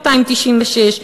296,